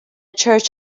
church